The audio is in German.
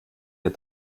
der